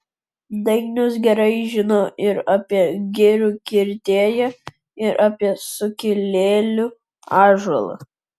dainius gerai žino ir apie girių kirtėją ir apie sukilėlių ąžuolą